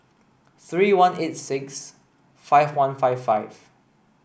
three one eight six five one five five